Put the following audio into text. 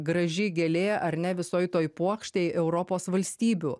graži gėlė ar ne visoj toj puokštėj europos valstybių